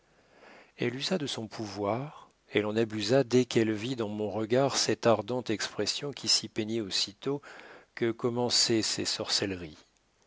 elle usa de son pouvoir elle en abusa dès qu'elle vit dans mon regard cette ardente expression qui s'y peignait aussitôt que commençaient ses sorcelleries